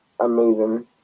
Amazing